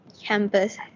campus